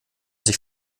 sich